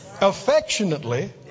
affectionately